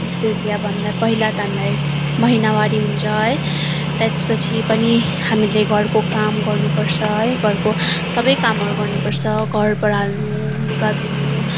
जस्तै कि यहाँभन्दा पहिला त हामीलाई महिनावारी हुन्छ है त्यसपछि पनि हामीले घरको काम गर्नुपर्छ है घरको सबै कामहरू गर्नुपर्छ घर बडाल्नु लुगा धुनु